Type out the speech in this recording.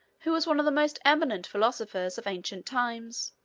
who was one of the most eminent philosophers of ancient times.